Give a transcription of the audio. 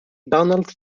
donald